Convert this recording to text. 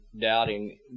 doubting